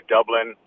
Dublin